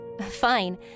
Fine